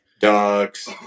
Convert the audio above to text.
ducks